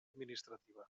administrativa